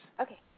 Okay